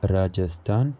Rajasthan